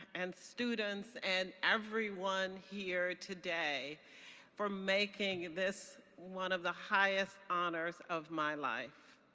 and students and everyone here today for making this one of the highest honors of my life.